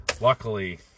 Luckily